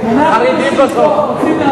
החרדים בסוף.